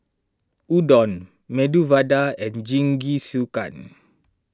Udon Medu Vada and Jingisukan